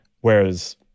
whereas